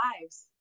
lives